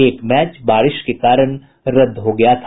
एक मैच बारिश के कारण रद्द हो गया था